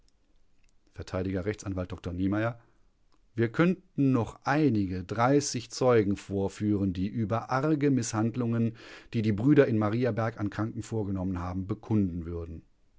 vert rechtsanwalt dr niemeyer wir könnten noch einige dreißig zeugen vorführen die über arge mißhandlungen die die brüder in mariaberg an kranken vorgenommen haben bekunden würden